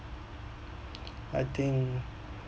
I think